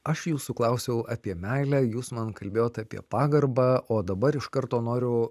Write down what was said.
aš jūsų klausiau apie meilę jūs man kalbėjot apie pagarbą o dabar iš karto noriu